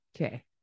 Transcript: Okay